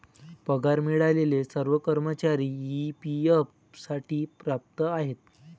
पगार मिळालेले सर्व कर्मचारी ई.पी.एफ साठी पात्र आहेत